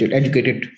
educated